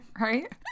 right